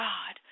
God